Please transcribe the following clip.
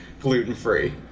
gluten-free